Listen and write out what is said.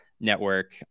network